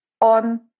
on